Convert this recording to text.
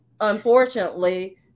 unfortunately